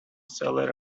cellar